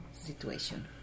situation